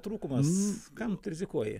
trūkumas kam tu rizikuoji